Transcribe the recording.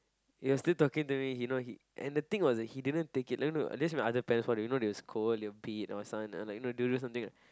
he was still talking to me you know and the thing was that he didn't take it no no you if this was other parent they will scold they will beat your son you know and do something